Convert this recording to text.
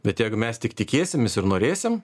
bet jeigu mes tik tikėsimės ir norėsim